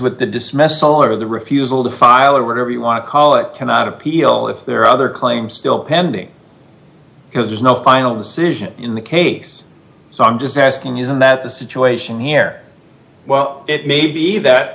with the dismissal or the refusal to file or whatever you want to call it cannot appeal if there are other claims still pending because there's no final decision in the case so i'm just asking isn't that the situation here well it may be that